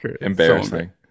Embarrassing